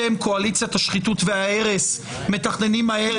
אתם קואליציית השחיתות וההרס מתכננים הערב